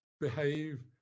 behave